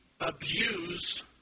abuse